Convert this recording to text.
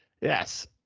yes